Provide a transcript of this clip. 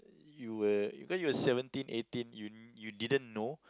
you were cause you were seventeen eighteen you you didn't know